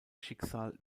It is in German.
schicksal